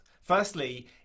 Firstly